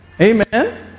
Amen